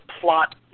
plot